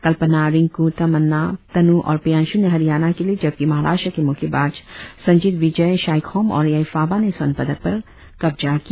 कल्पना रिंकू तमन्ना तनु और प्रियांशु ने हरियाणा के लिए जबकि महाराष्ट्र के मुक्केबाज संजीत विजय शाइखोम और येईफाबा ने स्वर्ण पदकों पर कब्जा किया